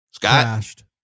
Crashed